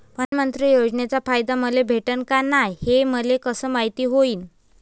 प्रधानमंत्री योजनेचा फायदा मले भेटनं का नाय, हे मले कस मायती होईन?